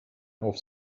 auf